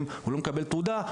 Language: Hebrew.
הוא לא מקבל תעודה.